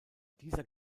dieser